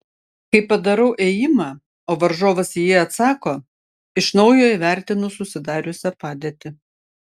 kai padarau ėjimą o varžovas į jį atsako iš naujo įvertinu susidariusią padėtį